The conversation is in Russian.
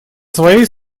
своей